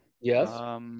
Yes